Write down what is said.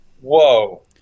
whoa